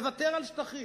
לוותר על שטחים,